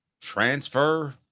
transfer